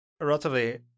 relatively